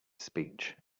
speech